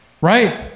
right